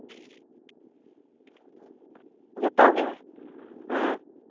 ᱡᱚᱛᱚ ᱜᱮ ᱦᱮᱸ